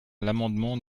l’amendement